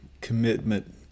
commitment